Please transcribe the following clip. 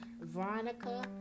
Veronica